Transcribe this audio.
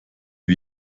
wie